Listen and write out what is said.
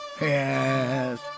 Yes